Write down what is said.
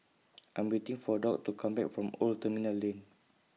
I Am waiting For Doctor to Come Back from Old Terminal Lane